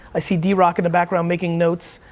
i see drock on the background making notes,